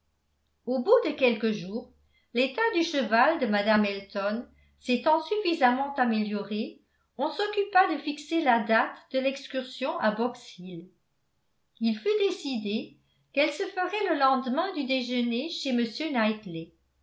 au bout de quelques jours l'état du cheval de mme elton s'étant suffisamment amélioré on s'occupa de fixer la date de l'excursion à box hill il fut décidé qu'elle se ferait le lendemain du déjeuner chez